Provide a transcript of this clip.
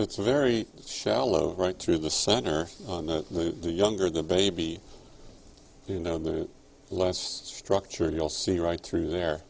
it's very shallow right through the center of the younger the baby you know the last structure you'll see right through there